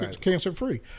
cancer-free